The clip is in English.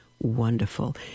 wonderful